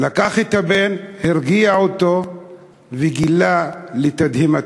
הוא לקח את הבן, הרגיע אותו וגילה לתדהמתו: